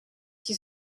qui